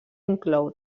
inclou